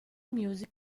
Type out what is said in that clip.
music